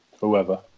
whoever